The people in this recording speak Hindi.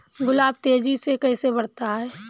गुलाब तेजी से कैसे बढ़ता है?